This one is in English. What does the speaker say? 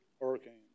hurricanes